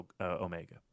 Omega